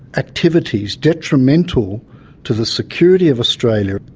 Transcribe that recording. activities detrimental to the security of australia,